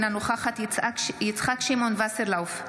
אינה נוכחת יצחק שמעון וסרלאוף,